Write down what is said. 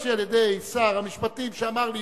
נתבקשתי על-ידי שר המשפטים שאמר לי,